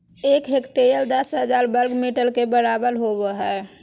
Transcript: एक हेक्टेयर दस हजार वर्ग मीटर के बराबर होबो हइ